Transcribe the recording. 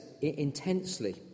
intensely